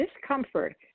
Discomfort